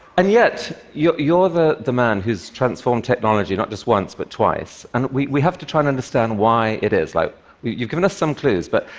and yet, you're you're the the man who's transformed technology not just once but twice, and we we have to try and understand why it is. like you've given us some clues, but.